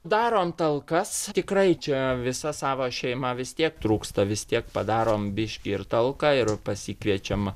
darom talkas tikrai čia visa savo šeima vis tiek trūksta vis tiek padarom biškį ir talką ir pasikviečiam